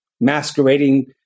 masquerading